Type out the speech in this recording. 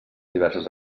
diverses